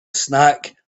snack